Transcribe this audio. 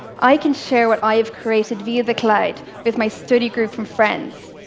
i can share what i have created via the cloud with my study group and friends.